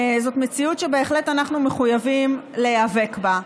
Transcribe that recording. זאת מציאות שבהחלט אנחנו מחויבים להיאבק בה.